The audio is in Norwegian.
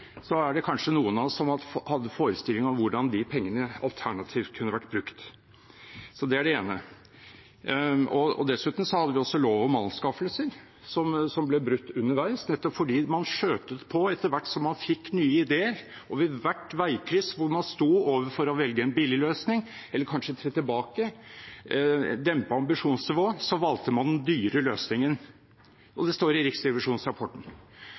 er det kanskje noen av oss som hadde hatt en forestilling om hvordan de pengene alternativt kunne vært brukt. Det er det ene. Dessuten hadde vi også lov om offentlige anskaffelser, som ble brutt underveis, nettopp fordi man skjøtte på etter hvert som man fikk nye ideer, og ved hvert veikryss hvor man sto overfor å velge en billig løsning eller kanskje tre tilbake og dempe ambisjonsnivået, så valgte man den dyre løsningen. Det står i